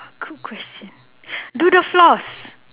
a good question do the floors